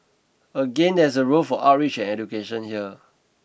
again there is a role for outreach and education here